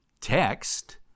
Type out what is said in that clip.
text